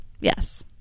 Yes